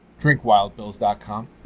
DrinkWildBills.com